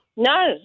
No